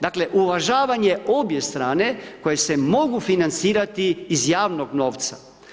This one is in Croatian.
Dakle, uvažavanje obje strane koje se mogu financirati iz javnog novca.